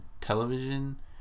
television